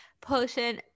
potion